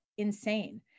insane